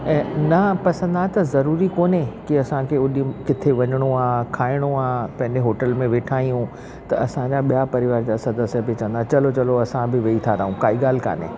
ऐं न पसंदि आहे त ज़रूरी कोन्हे की असांखे ओॾी किते वञिणो आहे खाइणो आहे पंहिंजे होटल में वेठा आहियूं त असांजा ॿिया परिवार जा सदस्य बि चवंदा चलो चलो असां बि वेही था रहूं काई ॻाल्हि कोन्हे